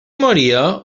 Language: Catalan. moria